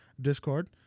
Discord